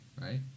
Right